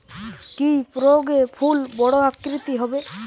কি প্রয়োগে ফুল বড় আকৃতি হবে?